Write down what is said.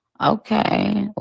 Okay